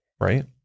right